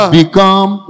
become